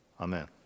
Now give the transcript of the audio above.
Amen